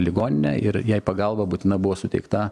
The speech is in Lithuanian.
ligoninę ir jai pagalba būtina buvo suteikta